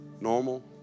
normal